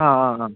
ആ ആ ആ